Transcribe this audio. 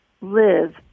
live